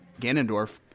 Ganondorf